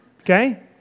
Okay